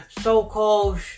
so-called